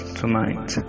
tonight